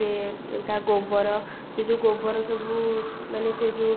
ସେ ତା ଗୋବର ସେ ଯେଉଁ ଗୋବର ସବୁ ମାନେ ସେ ଯେଉଁ